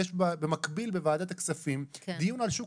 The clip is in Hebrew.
יש במקביל בוועדת הכספים דיון על שוק